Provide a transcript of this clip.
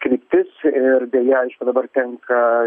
kryptis ir deja aišku dabar tenka